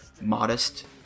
modest